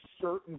certain